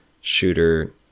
shooter